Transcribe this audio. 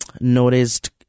noticed